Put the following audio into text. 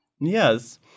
Yes